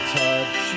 touch